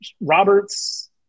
Roberts